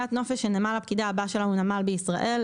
הפלגת נופש שנמל הפקידה הבא שלה הוא נמלא בישראל,